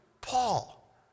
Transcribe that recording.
Paul